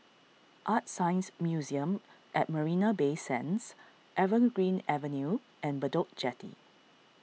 ArtScience Museum at Marina Bay Sands Evergreen Avenue and Bedok Jetty